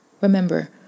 Remember